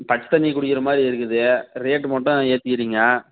பச்சை தண்ணியை கொடுக்கிற மாதிரி இருக்குது ரேட்டு மட்டும் ஏற்றிக்கிறீங்க